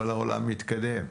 כל העולם התקדם,